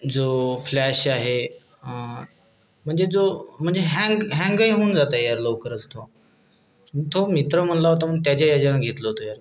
जो फ्लॅश आहे म्हणजे जो म्हणजे हँग हँगही होऊन जातं आहे यार लवकरच तो तो मित्र म्हणला होता मग त्याच्या ह्याच्यानं घेतलं होतं यार मी